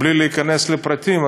בלי להיכנס לפרטים,